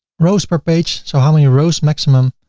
rows per page, so how many rows maximum.